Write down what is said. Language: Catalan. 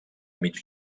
mig